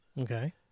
Okay